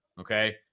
okay